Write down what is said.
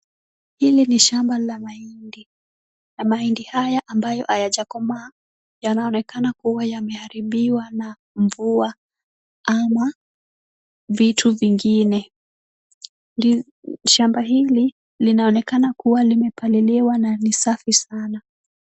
Hili ni shamba la mahindi na mahindi haya ambayo hayajakomaa yanaonekana kuwa yameribiwa na mvua ama vitu vingine. Shamba hili linaonekana kuwa limepaliliwa na ni safi sana.